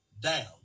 down